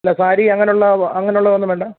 അല്ല സാരി അങ്ങനെയുള്ള അങ്ങനെയുള്ളതൊന്നും വേണ്ടേ